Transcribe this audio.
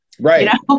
Right